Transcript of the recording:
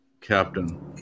captain